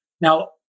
Now